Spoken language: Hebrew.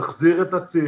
נחזיר את הצעירים,